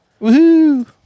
Woohoo